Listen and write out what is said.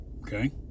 Okay